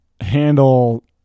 handle